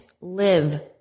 live